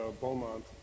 Beaumont